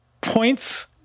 points